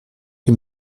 que